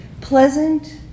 pleasant